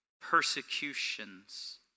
persecutions